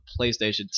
PlayStation